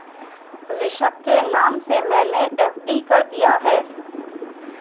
ऋषभ के नाम से मैने एफ.डी कर दिया है